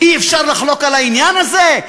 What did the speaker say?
אי-אפשר לחלוק על העניין הזה?